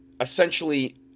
essentially